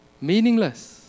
Meaningless